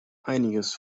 einiges